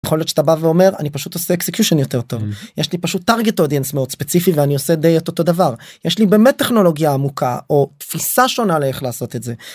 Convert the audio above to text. יכול להיות שאתה בא ואומר אני פשוט עושה execution יותר טוב, יש לי פשוט target audience מאוד ספציפי ואני עושה די את אותו דבר. יש לי באמת טכנולוגיה עמוקה או תפיסה שונה לאיך לעשות את זה.